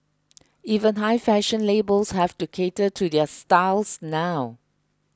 even high fashion labels have to cater to their styles now